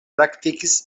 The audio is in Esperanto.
praktikis